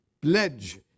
pledge